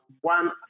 one